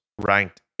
ranked